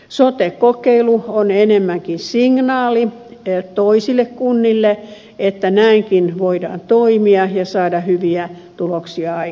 sote kokeilu on enemmänkin signaali toisille kunnille että näinkin voidaan toimia ja saada hyviä tuloksia aikaan